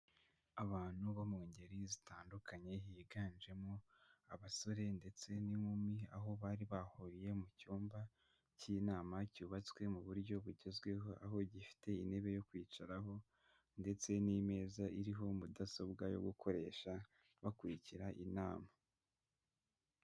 Abantu bo mu ngeri zitandukanye higanjemo abasore ndetse n'inkumi aho bari bahuriye mu cyumba cy'inama cyubatswe mu buryo bugezweho aho gifite intebe yo kwicaraho ndetse n'imeza iriho mudasobwa yo gukoresha bakurikira inama.